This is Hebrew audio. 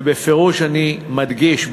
ובפירוש אני מדגיש,